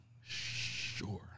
Sure